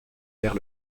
vers